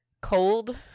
cold